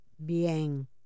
Bien